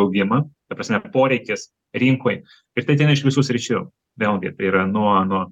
augimą ta prasme poreikis rinkoj ir tai ateina iš visų sričių vėlgi tai yra nuo nuo